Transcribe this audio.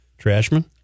Trashman